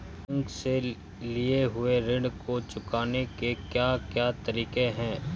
Bank से लिए हुए ऋण को चुकाने के क्या क्या तरीके हैं?